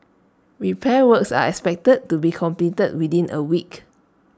repair works are expected to be completed within A week